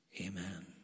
Amen